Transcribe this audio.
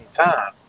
time